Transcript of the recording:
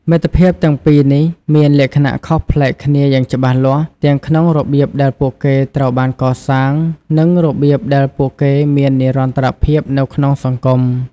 មិត្តភាពទាំងពីរនេះមានលក្ខណៈខុសប្លែកគ្នាយ៉ាងច្បាស់លាស់ទាំងក្នុងរបៀបដែលពួកគេត្រូវបានកសាង និងរបៀបដែលពួកគេមាននិរន្តរភាពនៅក្នុងសង្គម។